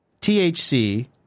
THC